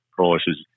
prices